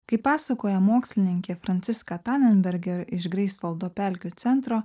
kaip pasakoja mokslininkė franciska tanenberger iš greisvaldo pelkių centro